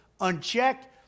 unchecked